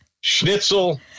schnitzel